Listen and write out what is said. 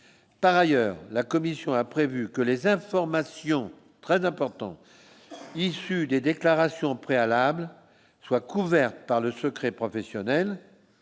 par ailleurs, la Commission a prévu que les informations très important issues des déclarations préalables soient couvertes par le secret professionnel